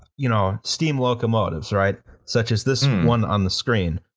y'know, steam locomotives, right such as this one on the screen,